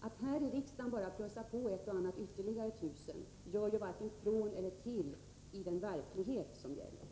Att här i riksdagen bara plussa på ett eller annat tusen platser gör varken från eller till i den verklighet som gäller.